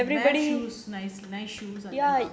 ஆனா நம்ம வந்து:aana namma vanthu we should wear shoes